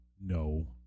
no